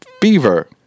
fever